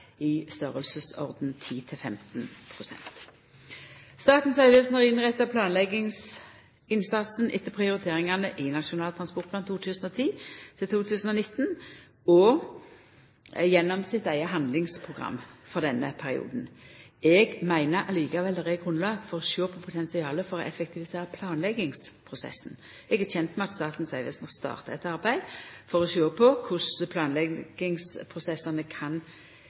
Statens vegvesen har innretta planleggingsinnsatsen etter prioriteringane i Nasjonal transportplan 2010–2019 og gjennom sitt eige handlingsprogram for denne perioden. Eg meiner likevel det er grunnlag for å sjå på potensialet for å effektivisera planleggingsprosessen. Eg er kjend med at Statens vegvesen har starta eit arbeid for å sjå på korleis planleggingsprosessane kan